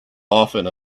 often